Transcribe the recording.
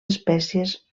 espècies